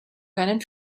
keinen